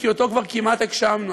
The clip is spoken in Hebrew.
כי אותו כבר כמעט הגשמנו,